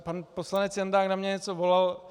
Pan poslanec Jandák na mě něco volal.